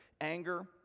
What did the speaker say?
anger